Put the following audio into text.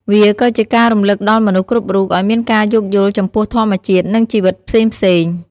វាក៏ជាការរំលឹកដល់មនុស្សគ្រប់រូបឱ្យមានការយោគយល់ចំពោះធម្មជាតិនិងជីវិតផ្សេងៗ។